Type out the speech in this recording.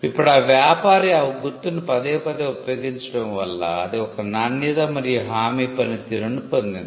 ఇప్పుడు వ్యాపారి ఆ గుర్తును పదేపదే ఉపయోగించడం వల్ల అది ఒక నాణ్యత మరియు హామీ పనితీరును పొందింది